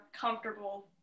comfortable